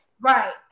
Right